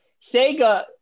Sega